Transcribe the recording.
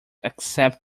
accept